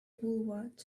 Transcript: boulevard